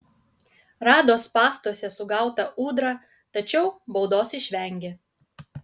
rado spąstuose sugautą ūdrą tačiau baudos išvengė